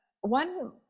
one